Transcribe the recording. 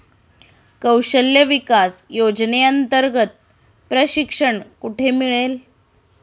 कौशल्य विकास योजनेअंतर्गत प्रशिक्षण कुठे मिळेल?